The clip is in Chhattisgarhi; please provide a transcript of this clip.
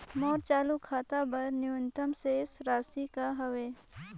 मोर चालू खाता बर न्यूनतम शेष राशि का हवे?